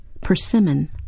persimmon